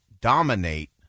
dominate